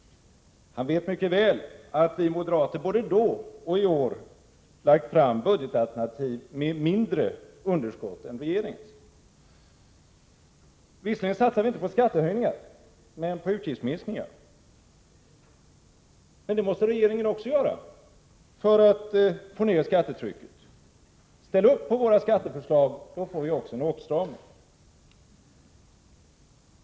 Han vet mycket väl att vi moderater då hade, liksom vi har i år, budgetalternativ med mindre underskott än regeringens. Visserligen satsar vi inte på skattehöjningar, men vi satsar på utgiftsminskningar. Det måste också regeringen göra för att få ner skattetrycket. Ställ upp på våra skatteförslag, så blir det också en åtstramning!